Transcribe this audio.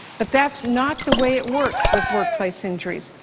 but that's not the way it works with workplace injuries.